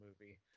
movie